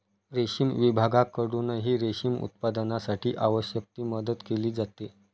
रेशीम विभागाकडूनही रेशीम उत्पादनासाठी आवश्यक ती मदत केली जाते